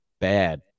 bad